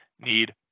Need